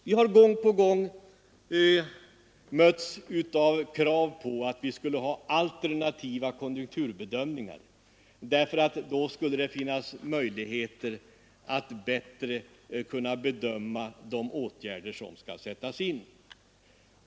Vi har gång på gång mötts av krav på alternativa konjunkturbedömningar — därför att det med sådana skulle finnas möjligheter att bättre bedöma de åtgärder som skall sättas in.